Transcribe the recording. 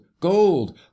gold